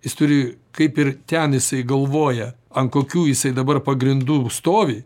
jis turi kaip ir ten jisai galvoja ant kokių jisai dabar pagrindų stovi